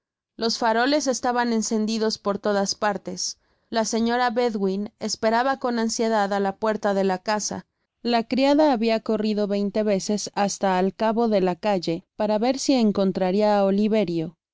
los faroles estaban encendidos por todas parles la señora bedwin esperaba con ansiedad á la puerta de la casa la criada habia corrido veinte veces hasta al cabo de la calle para ver si encontraria á oliverio